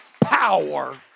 power